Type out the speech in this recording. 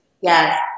Yes